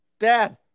Dad